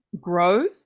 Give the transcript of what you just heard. grow